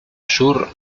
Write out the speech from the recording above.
sur